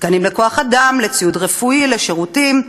תקנים לכוח-אדם, לציוד רפואי, לשירותים.